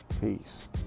Peace